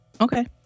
Okay